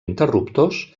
interruptors